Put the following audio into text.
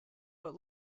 but